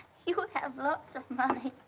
you have lots of money. i